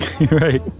Right